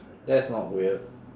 that's not weird